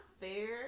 fair